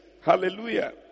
Hallelujah